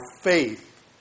faith